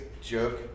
joke